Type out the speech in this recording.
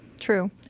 True